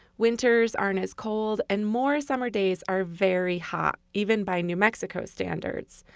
winters aren't as cold, and more summer days are very hot, even by new mexico standards.